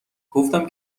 گفتم